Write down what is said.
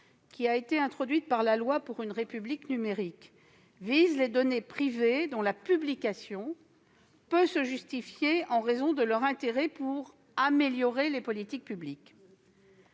loi du 7 octobre 2016 pour une République numérique, vise en effet les données privées dont la publication peut se justifier en raison de leur intérêt pour améliorer les politiques publiques.